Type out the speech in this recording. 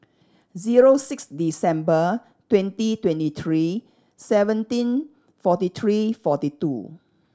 zero six December twenty twenty three seventeen forty three forty two